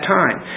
time